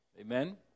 Amen